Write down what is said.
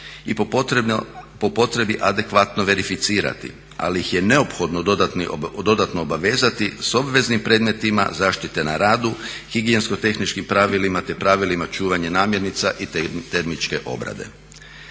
i po potrebi adekvatno verificirati ali ih je neophodno dodatno obavezati sa obveznim predmetima zaštite na radu, higijensko tehničkim pravilima te pravilima čuvanja namirnica i termičke obrade.